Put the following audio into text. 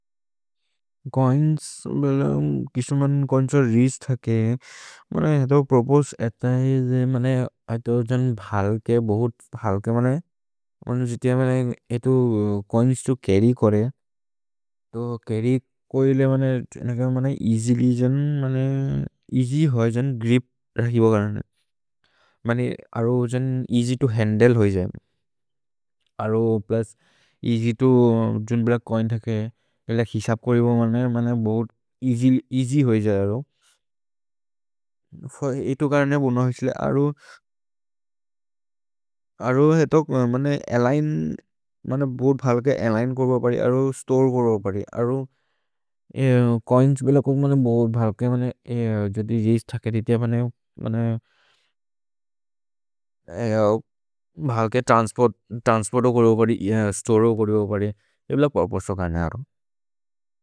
छोइन्स् बेल किशोन् मन् कोन्छ रिस्क् थके, मनय् हेतो प्रोपोसे एत है जे। मनय् एतो जन् भल्के, बहुत् भल्के, मनय्, मनु जितिय मनय् एतो चोइन्स् तु चर्र्य् करे। तो चर्र्य् कोइले मनय्, तेनक मनय् एअसिल्य् जन्, मनय्, एअस्य् होइ जन् ग्रिप् रहिब करने, मनय् अरो जन् एअस्य् तो हन्द्ले होइ जए। अरो प्लुस् एअस्य् तो, जुन् बिल चोइन् थके, एत हिसप् करिब मनय्, मनय् बहुत् एअस्य् होइ जए अरो, एतो करने बून होइ छिले। अरो, अरो हेतो, मनय् अलिग्न्, मनय् बहुत् भल्के अलिग्न् कोर्ब परि, अरो स्तोरे कोर्ब परि, अरो, चोइन्स् बिल कोन् मनय् बहुत् भल्के। मनय् जति जिस् थके जितिय मनय्, मनय्, भल्के त्रन्स्पोर्त्, त्रन्स्पोर्त् को करिब परि, स्तोरे को करिब परि, ए बिल को अपोस्तो क नरो।